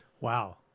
Wow